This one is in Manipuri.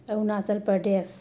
ꯑꯔꯨꯅꯥꯆꯜ ꯄ꯭ꯔꯗꯦꯁ